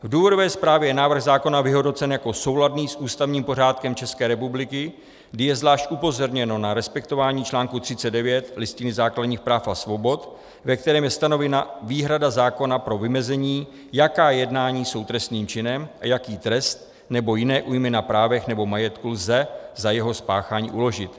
V důvodové zprávě je návrh zákona vyhodnocen jako souladný s ústavním pořádkem České republiky, kdy je zvlášť upozorněno na respektování článku 39 Listiny základních práv a svobod, ve kterém je stanovena výhrada zákona pro vymezení, jaká jednání jsou trestným činem a jaký trest nebo jiné újmy na právech nebo majetku lze za jeho spáchání uložit.